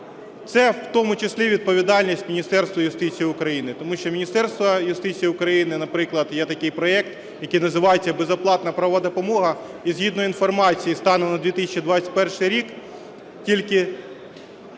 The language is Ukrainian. Це в тому числі відповідальність Міністерства юстиції України, тому що Міністерство юстиції України... Наприклад, є такий проект, який називається "Безоплатна правова допомога", і згідно інформації станом на 2021 рік тільки